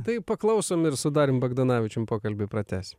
taip paklausom ir su darium bagdonavičium pokalbį pratęsiu